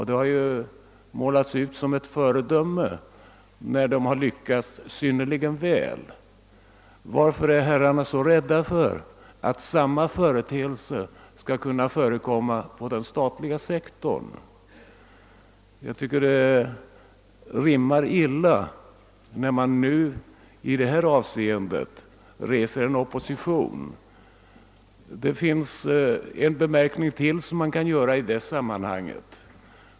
De har utmålats som föredömen när de har lyckats synnerligen väl. Varför är herrarna så rädda för att en liknande expansion skall kunna förekomma på den statliga sektorn? Jag tycker att denna opposition rimmar illa med lovprisandet av den privata företagsamheten. Det finns anledning till ytterligare en kommentar i detta sammanhang.